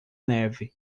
neve